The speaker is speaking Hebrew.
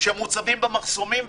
שמוצבים במחסומים,